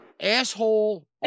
Asshole